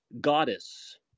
goddess